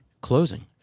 closing